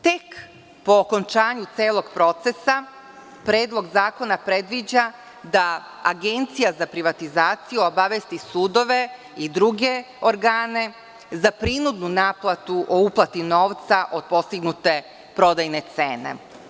Tek po okončanju celog procesa Predlog zakona predviđa da Agencija za privatizaciju obavesti sudove i druge organe za prinudnu naplatu o uplati novca od postignute prodajne cene.